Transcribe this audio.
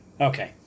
Okay